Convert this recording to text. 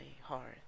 hard